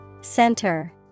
Center